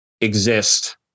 exist